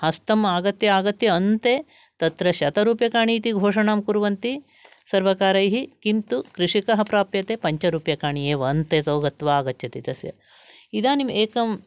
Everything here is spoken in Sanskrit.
हस्तम् आगत्य आगत्य अन्ते तत्र शतरूप्यकाणि इति घोषणं कुर्वन्ति सर्वकारैः किन्तु कृषिकः प्राप्यते पञ्चरूप्यकाणि एव अन्ततो गत्वा आगच्छति तस्य इदानीम् एकम्